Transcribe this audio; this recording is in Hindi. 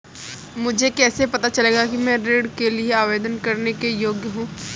मुझे कैसे पता चलेगा कि मैं ऋण के लिए आवेदन करने के योग्य हूँ?